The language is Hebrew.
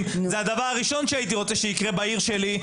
וזה הדבר הראשון שהייתי רוצה שיקרה בעיר שלי,